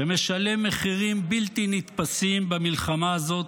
שמשלם מחירים בלתי נתפסים במלחמה הזאת,